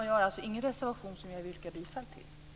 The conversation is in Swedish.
Jag har ingen reservation som jag vill yrka bifall till.